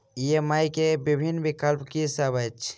EMI केँ विभिन्न विकल्प की सब अछि